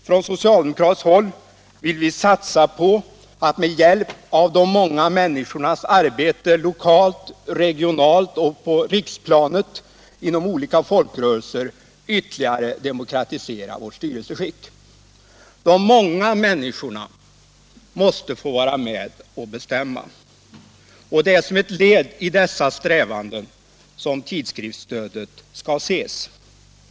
Från socialdemokratiskt håll vill vi satsa på att med hjälp av de många människornas arbete lokalt, regionalt och på riksplanet inom olika folkrörelser ytterligare demokratisera vårt styrelseskick. De många människorna måste få vara med och bestämma. Det är som ett led i dessa strävanden som tidskriftsstödet skall ses.